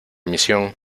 misión